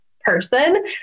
person